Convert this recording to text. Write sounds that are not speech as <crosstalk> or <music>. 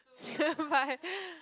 <laughs> you buy